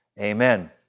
amen